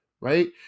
right